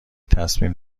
تصمیم